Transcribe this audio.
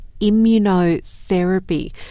immunotherapy